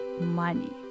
money